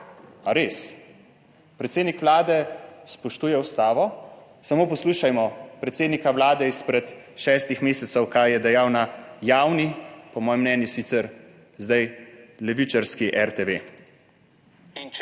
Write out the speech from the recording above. res? Predsednik Vlade spoštuje Ustavo? Samo poslušajmo predsednika Vlade izpred šestih mesecev kaj je dejal na javni, po mojem mnenju sicer zdaj levičarski RTV: /